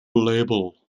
label